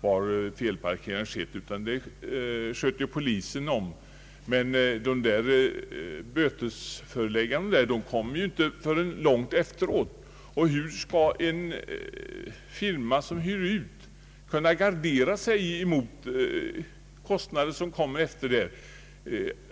var felparkering skett, utan det sköter polisen om. Men bötesföreläggandena kommer inte förrän långt efteråt. Hur skall den firma som hyr ut kunna gardera sig mot sådana kosinader?